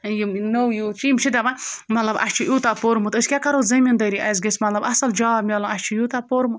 یِم نٔو یوٗتھ چھِ یِم چھِ دَپان مطلب اَسہِ چھُ یوٗتاہ پوٚرمُت أسۍ کیٛاہ کَرو زٔمیٖندٲری اَسہِ گژھِ مطلب اَصٕل جاب میلُن اَسہِ چھِ یوٗتاہ پوٚرمُت